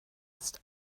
ist